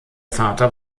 vater